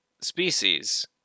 species